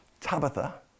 Tabitha